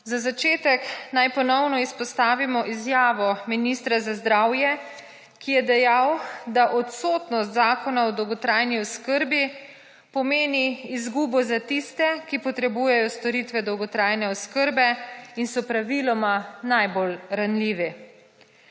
Za začetek naj ponovno izpostavimo izjavo ministra za zdravje, ki je dejal, da odsotnost Zakona o dolgotrajni oskrbi pomeni izgubo za tiste, ki potrebujejo storitve dolgotrajne oskrbe in so praviloma najbolj ranljivi.